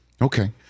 Okay